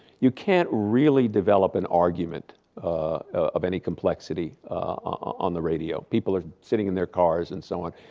you can't really develop an argument of any complexity on the radio. people are sitting in their cars and so on.